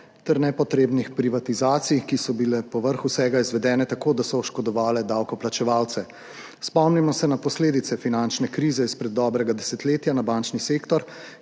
ter nepotrebnih privatizacij, ki so bile povrh vsega izvedene tako, da so oškodovale davkoplačevalce. Spomnimo se na posledice finančne krize izpred dobrega desetletja na bančni sektor,